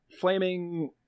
flaming